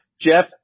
Jeff